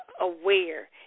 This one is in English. aware